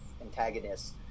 antagonists